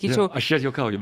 ir aš juokauju